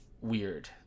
weird